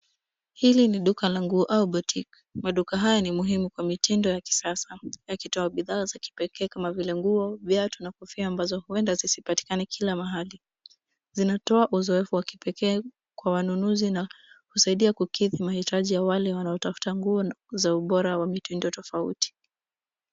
Hili ni duka la nguo au boutique . Maduka haya ni muhimu kwa mitindo ya kisasa yakitoa bidhaa za kipekee kama vile nguo, viatu na kofia ambazo huenda zisipatikane kila mahali. Zinatoa uzoefu wa kipekee kwa wanunuzi na husaidia kukidhi mahitaji ya wale wanaotafuta nguo za ubora wa mitindo tofauti.